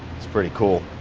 it's pretty cool.